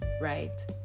right